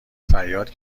فریاد